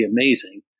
amazing